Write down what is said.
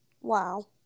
Wow